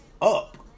up